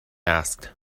asked